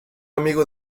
amigo